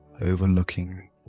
overlooking